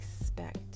expect